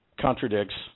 contradicts